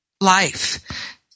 life